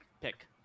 pick